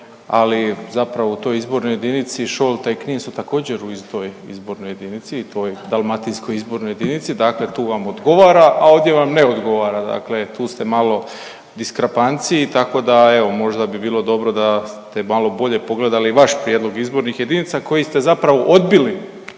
ali zapravo u toj izbornoj jedinici Šolta i Knin su također u toj izbornoj jedinici u toj dalmatinskoj izbornoj jedinici, dakle tu vam odgovara, a ovdje vam ne odgovara, dakle tu ste malo u diskrepanciji tako da evo možda bi bilo dobro da ste malo bolje pogledali vaš prijedlog izbornih jedinica koji ste zapravo odbili